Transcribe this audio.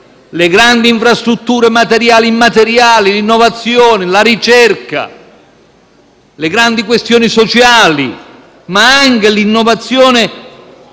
le grandi infrastrutture materiali e immateriali, l'innovazione, la ricerca, le grandi questioni sociali, ma anche l'innovazione